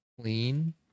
clean